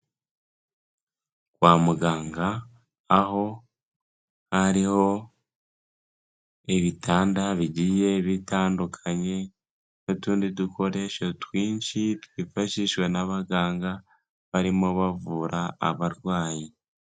Kwa muganga, aho hariho ibitanda bigiye bitandukanye n'utundi dukoresho twinshi twifashishwa n'abaganga, barimo bavura abarwayi.